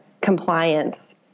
compliance